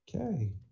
Okay